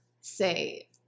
say